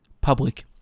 Public